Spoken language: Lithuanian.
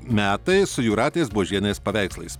metai su jūratės buožienės paveikslais